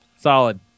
Solid